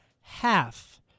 half